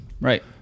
Right